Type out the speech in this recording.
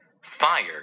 fire